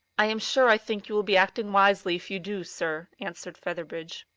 i am sure i think you will be acting wisely if you do, sir, answered featherbridge.